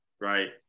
right